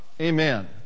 Amen